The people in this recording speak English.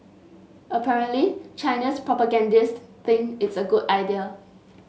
apparently China's propagandist think it's a good idea